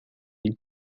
die